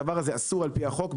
הדבר הזה אסור לפי החוק.